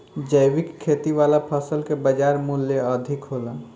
जैविक खेती वाला फसल के बाजार मूल्य अधिक होला